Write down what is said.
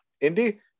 Indy